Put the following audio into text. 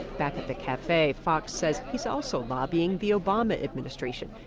back at the cafe, fox says he's also lobbying the obama administration,